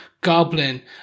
Goblin